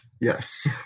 Yes